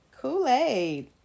Kool-Aid